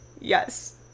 yes